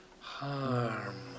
harm